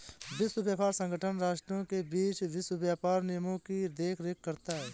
विश्व व्यापार संगठन राष्ट्रों के बीच वैश्विक व्यापार नियमों की देखरेख करता है